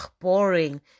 boring